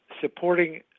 supporting